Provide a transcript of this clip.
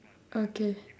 okay